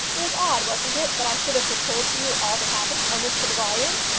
it was odd, wasn't it, that i should have foretold to you all that happened, almost to the volume?